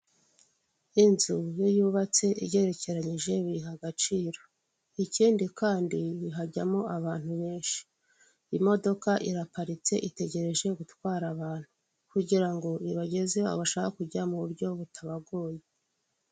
Inzu iyo yubatse igerekeranyije biyiha agaciro, ikindi kandi hajyamo abantu benshi. Imodoka iraparitse itegereje gutwara abantu kugira ngo ibageze aho bashaka kujya mu buryo butabagoye.